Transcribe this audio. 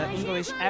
English